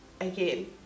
again